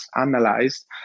analyzed